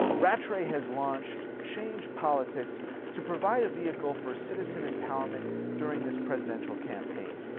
rattray has launched change politics to provide a vehicle for citizen empowerment during this presidential campaign.